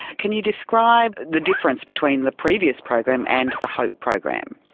can you describe the difference between the previous program and the hope program?